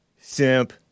Simp